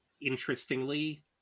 interestingly